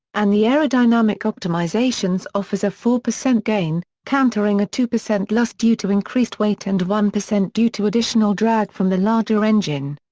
and the aerodynamic optimizations offers a four percent gain, countering a two percent loss due to increased weight and one percent due to additional drag from the larger engine.